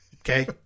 Okay